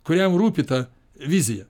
kuriam rūpi ta vizija